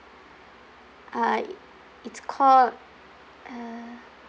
uh it's called uh